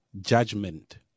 judgment